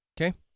Okay